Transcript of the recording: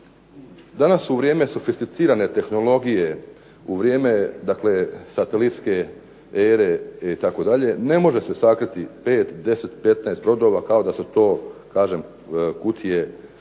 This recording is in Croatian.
Danas u vrijeme sofistificirane tehnologije, u vrijeme dakle satelitske ere itd. ne može se sakriti, 5, 10, 15 brodova kao da su to kažem kutije šibica